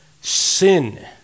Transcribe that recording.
Sin